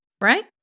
right